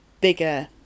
bigger